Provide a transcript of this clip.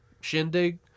shindig